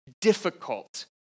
difficult